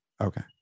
Okay